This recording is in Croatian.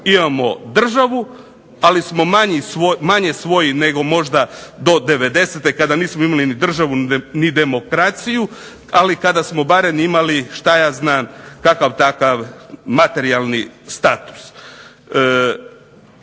imamo državu, ali smo manje svoji nego možda do '90.-te kada nismo imali ni državu ni demokraciju, ali kada smo imali što ja znam kakav takav materijalni status.